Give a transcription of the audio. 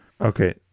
Okay